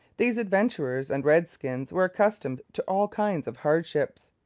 these adventurers and redskins were accustomed to all kinds of hardship.